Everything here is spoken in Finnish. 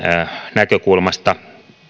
näkökulmasta